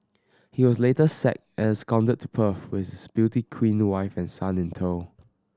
he was later sacked and absconded to Perth with his beauty queen wife and son in tow